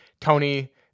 Tony